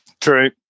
True